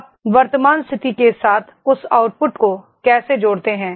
आप वर्तमान स्थिति के साथ उस आउटपुट को कैसे जोड़ते हैं